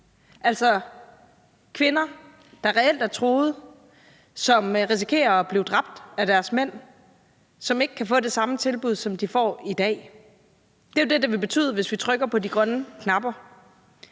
altså fra kvinder, der reelt er truet, som risikerer at blive dræbt af deres mænd, og som ikke kan få det samme tilbud, som de får i dag. Det er jo det, det vil betyde, hvis vi trykker på de grønne knapper.